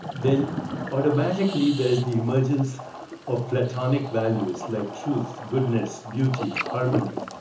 then automatically there's the emergence of platonic values, like truth, goodness, beauty, harmony,